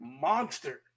monster